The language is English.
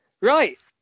right